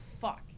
fuck